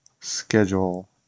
schedule